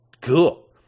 cool